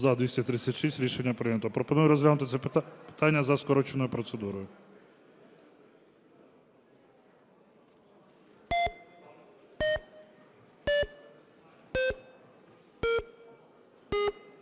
За-236 Рішення прийнято. Пропоную розглянути це питання за скороченою процедурою.